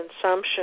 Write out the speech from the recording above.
consumption